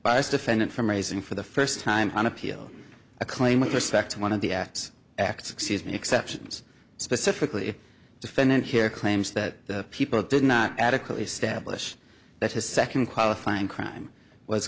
bice defendant from raising for the first time on appeal a claim with respect to one of the acts acts excuse me exceptions specifically defendant here claims that people did not adequately establish that his second qualifying crime was